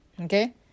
Okay